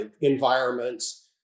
environments